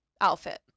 outfit